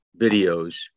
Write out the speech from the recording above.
videos